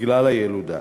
בגלל הילודה,